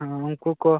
ᱩᱱᱠᱩ ᱠᱚ